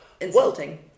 insulting